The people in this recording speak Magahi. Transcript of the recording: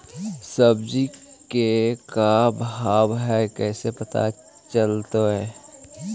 सब्जी के का भाव है कैसे पता चलतै?